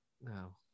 no